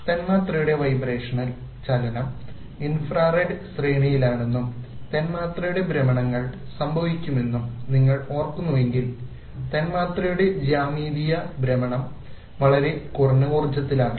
തന്മാത്രയുടെ വൈബ്രേഷണൽ ചലനം ഇൻഫ്രാറെഡ് ശ്രേണിയിലാണെന്നും തന്മാത്രയുടെ ഭ്രമണങ്ങൾ സംഭവിക്കുമെന്നും നിങ്ങൾ ഓർക്കുന്നുവെങ്കിൽ തന്മാത്രയുടെ ജ്യാമിതീയ ഭ്രമണം വളരെ കുറഞ്ഞ ഊർജ്ജത്തിലാണ്